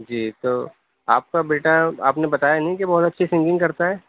جی تو آپ کا بیٹا آپ نے بتایا نہیں کہ بہت اچھی سنگنگ کرتا ہے